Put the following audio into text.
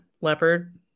Leopard